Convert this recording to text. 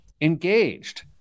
engaged